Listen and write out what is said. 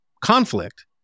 conflict